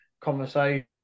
conversation